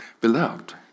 Beloved